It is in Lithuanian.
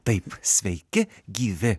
taip sveiki gyvi